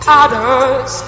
others